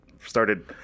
started